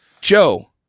Joe